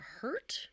hurt